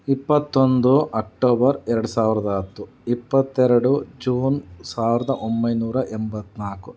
ಇಪ್ಪತ್ತೊಂದು ಅಕ್ಟೋಬರ್ ಎರಡು ಸಾವಿರದ ಹತ್ತು ಇಪ್ಪತ್ತೆರಡು ಜೂನ್ ಸಾವಿರದ ಒಂಬೈನೂರ ಎಂಬತ್ತನಾಲ್ಕು